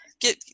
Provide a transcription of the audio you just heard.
get